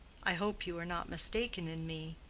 i hope you are not mistaken in me,